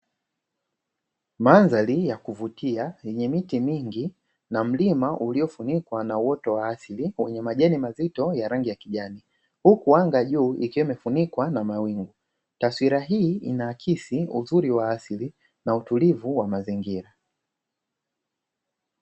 Mandhari ya kuvutia yenye miti mingi na mlima uliofunikwa na uoto wa asili wenye majani mazito ya rangi ya kijani. Huku anga juu ikiwa imefunikwa na mawingu .Taswira hii inaakisi uzuri wa asili na utulivu wa mazingira.